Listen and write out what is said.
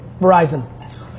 Verizon